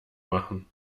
machen